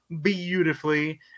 beautifully